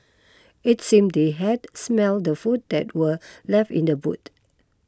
it seemed they had smelt the food that were left in the boot